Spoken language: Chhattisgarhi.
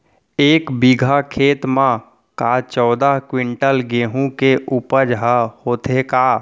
एक बीघा खेत म का चौदह क्विंटल गेहूँ के उपज ह होथे का?